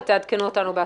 ותעדכנו אותנו בהסכמות.